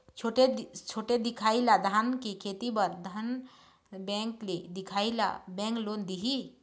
छोटे दिखाही ला धान के खेती बर धन बैंक ले दिखाही ला बैंक लोन दिही?